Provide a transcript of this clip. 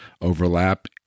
overlap